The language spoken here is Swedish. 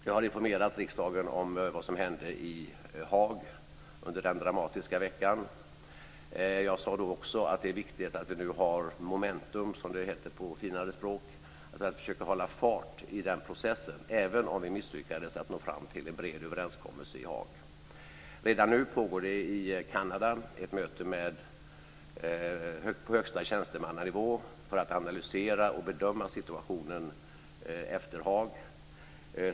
Jag har informerat riksdagen om vad som hände i Haag under den dramatiska veckan. Jag sade då också att det är viktigt att vi har momentum, som det heter på finare språk, dvs. att vi försöker hålla fart i den processen även om vi misslyckades med att nå fram till en bred överenskommelse i Haag. Redan nu pågår det i Kanada ett möte på högsta tjänstemannanivå för att analysera och bedöma situationen efter Haag.